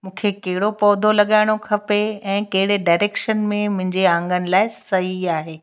मूंखे कहिड़ो पौधो लॻाइणो खपे ऐं कहिड़े डेरेक्शन में मुंहिंजे आंगन लाइ सही आहे